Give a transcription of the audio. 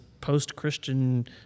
post-Christian